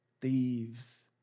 thieves